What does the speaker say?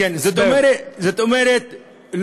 זאת אומרת,